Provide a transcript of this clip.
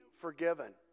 forgiven